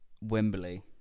Wembley